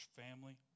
family